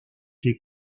les